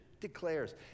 declares